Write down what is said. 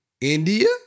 India